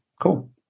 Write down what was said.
cool